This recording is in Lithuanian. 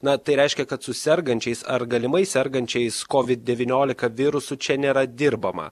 na tai reiškia kad su sergančiais ar galimai sergančiais kovid devyniolika virusu čia nėra dirbama